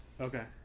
Okay